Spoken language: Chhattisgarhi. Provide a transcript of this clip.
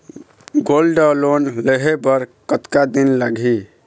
गोल्ड लोन लेहे बर कतका दिन लगही?